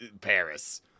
Paris